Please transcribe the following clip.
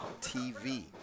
TV